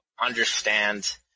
understand